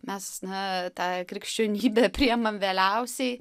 mes na tą krikščionybę priemam vėliausiai